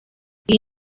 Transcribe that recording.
iyi